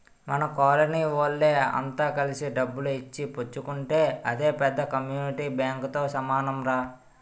మన కోలనీ వోళ్ళె అంత కలిసి డబ్బులు ఇచ్చి పుచ్చుకుంటే అదే పెద్ద కమ్యూనిటీ బాంకుతో సమానంరా